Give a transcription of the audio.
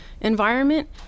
environment